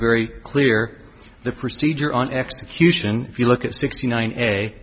very clear the procedure on execution if you look at sixty nine